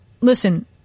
listen